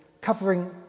covering